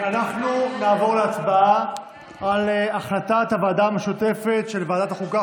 נעבור להצבעה על החלטת הוועדה המשותפת של ועדת החוקה,